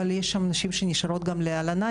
אבל יש שם נשים שנשארות גם להלנה.